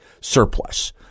surplus